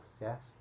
yes